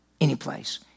anyplace